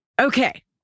Okay